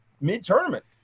mid-tournament